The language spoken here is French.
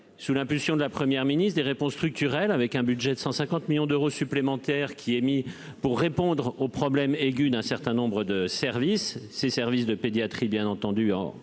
sous l'impulsion de la première ministre des réponses structurelles avec un budget de 150 millions d'euros supplémentaires qui est mis pour répondre au problème aigu d'un certain nombre de services, ses services de pédiatrie bien entendu en